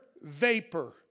vapor